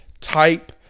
type